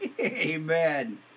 Amen